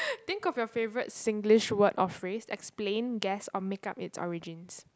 think of your favorite Singlish word or phrase explain guess or make-up it's origins